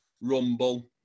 Rumble